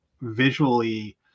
visually